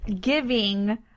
giving